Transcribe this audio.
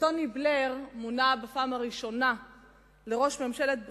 כשטוני בלייר מונה בפעם הראשונה לראש ממשלת בריטניה,